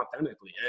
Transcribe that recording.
authentically